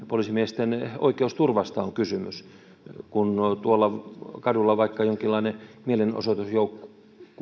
poliisimiesten oikeusturvasta on kysymys kun tuolla kadulla vaikka jonkinlainen mielenosoitusjoukkio